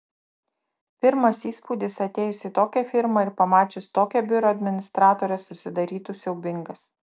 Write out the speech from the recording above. pirmas įspūdis atėjus į tokią firmą ir pamačius tokią biuro administratorę susidarytų siaubingas